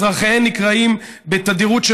אזרחיה נקראים בתדירות,